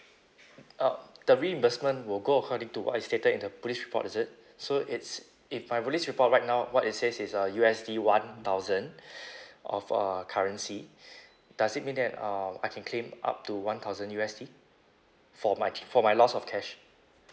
uh the reimbursement will go according to what I stated in the police report is it so it's if my police report right now what it says is uh U_S_D one thousand of uh currency does it mean that uh I can claim up to one thousand U_S_D for my for my loss of cash